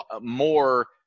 more